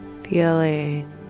feeling